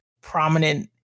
prominent